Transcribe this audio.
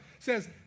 says